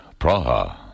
Praha